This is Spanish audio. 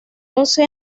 once